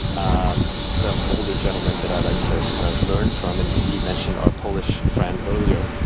um some older gentlemen that i'd like to kind of learn from. and we mentioned our polish friend earlier.